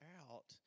out